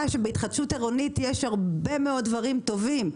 שבהתחדשות עירונית יש הרבה מאוד דברים טובים.